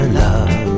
love